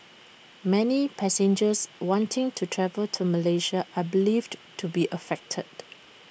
many passengers wanting to travel to Malaysia are believed to be affected